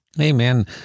Amen